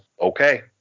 okay